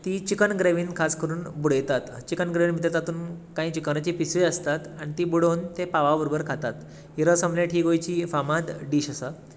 ती चिकन ग्रेवींत खास करून बुडयतात चिकन ग्रेवी म्हळ्यार तातून कांय चिकनाचे पिसूय आसता आनी ती बुडोवन ते पावा बरोबर खातात ही रस ओमलेट ही गोंयची फामाद डीश आसा